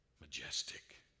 majestic